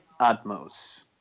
Atmos